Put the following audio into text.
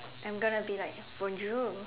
I'm gonna be like bonjour